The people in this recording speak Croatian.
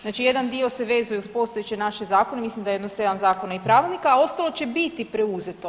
Znači jedan dio se vezuje uz postojeće naše zakone, mislim da je jedno 7 zakona i pravilnika, a ostalo će biti preuzeto.